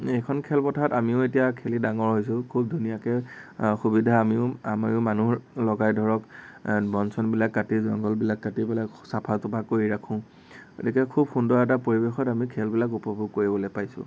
এইখন খেলপথাৰত আমিও এতিয়া খেলি ডাঙৰ হৈছো খুব ধুনীয়াকে সুবিধা আমিও আমিও মানুহ লগাই ধৰক বন চনবিলাক কাটি জংগলবিলাক কাটি পেলাই চাফা তাফা কৰি ৰাখো গতিকে খুব সুন্দৰ এটা পৰিৱেশত আমি খেলবিলাক উপভোগ কৰিবলে পাইছো